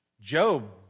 Job